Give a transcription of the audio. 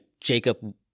Jacob